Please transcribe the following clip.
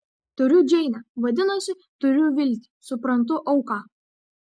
turiu džeinę vadinasi turiu viltį suprantu auką